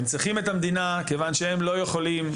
הם צריכים את המדינה כיוון שהם לא יכולים.